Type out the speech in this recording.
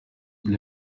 tony